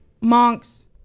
monks